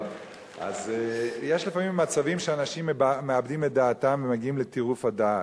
יש לפעמים מצבים שאנשים מאבדים את דעתם ומגיעים לטירוף הדעת,